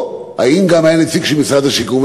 או האם היה גם נציג משרד השיכון?